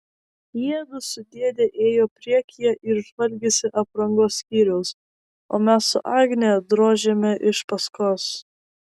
jiedu su dėde ėjo priekyje ir žvalgėsi aprangos skyriaus o mes su agne drožėme iš paskos